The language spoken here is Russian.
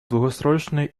долгосрочные